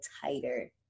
tighter